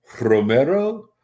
Romero